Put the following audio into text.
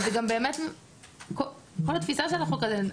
וגם באמת כל התפיסה של החוק הזה,